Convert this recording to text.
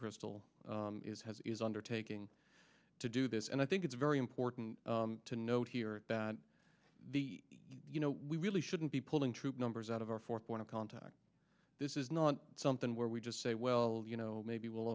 mcchrystal is has is undertaking to do this and i think it's very important to note here that the you know we really shouldn't be pulling troops numbers out of our fourth point of contact this is not something where we just say well you know maybe w